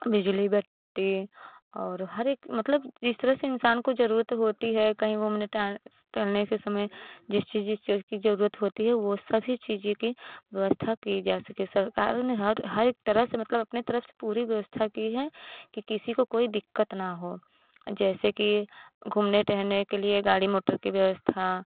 बिजली बत्ती और हर एक मतलब जिस तरह से इन्सान को ज़रूरत होती है कहीं घूमने टहल स टहेलने के समय जिसकी जिस चीज़ की ज़रूरत होती है वह सभी चीज़ों की व्यवस्था की जा सके सरकार ने हर हर एक तरह से मतलब अपनी तरफ़ से पूरी व्यवस्था की है कि किसी को कोई दिक़्क़त ना हो जैसे कि घूमने टहलने के लिए गाड़ी मोटर की व्यवस्था